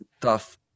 tough